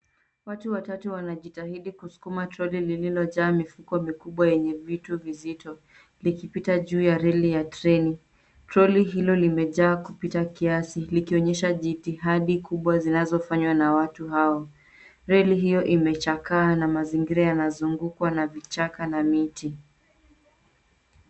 Watu watatu wanajitahidi kuskuma troli lililojaa mifuko mikubwa yenye vitu vizito, likipita juu ya reli ya treni. Troli hilo limejaa kupita kiasi, likonyesha jitihadi kubwa zinazofanywa na watu hao. Reli hiyo imechakaa na na mazingira yanazungukwa na vichaka na miti.